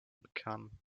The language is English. become